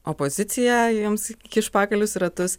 opozicija jiems kiš pagalius į ratus